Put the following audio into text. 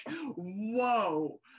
whoa